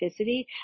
specificity